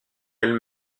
elle